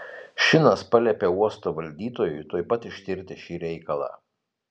šinas paliepė uosto valdytojui tuoj pat ištirti šį reikalą